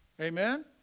Amen